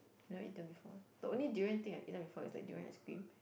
never eaten before the only durian thing I've eaten before is like durian ice cream